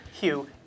Hugh